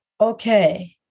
Okay